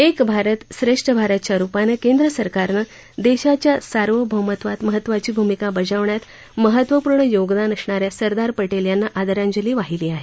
एक भारत श्रेष्ठ भारत च्या रुपानं केंद्र सरकारनं देशाच्या सार्वभौमत्वात महत्वाची भूमिका बजावण्यात महत्वपूर्ण योगदान असणा या सरदार पटेल यांना आदरांजली वाहिली आहे